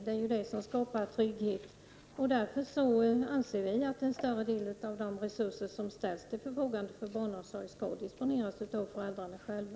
Det är ju det som skapar trygghet. Därför anser vi i centerpartiet att en större del av de resurser som ställs till förfogande för barnomsorg skall disponeras av föräldrarna själva.